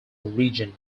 region